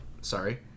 Sorry